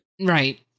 Right